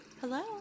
Hello